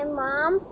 mom